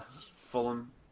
Fulham